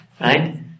Right